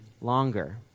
longer